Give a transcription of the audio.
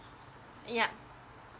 yup